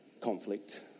conflict